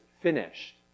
finished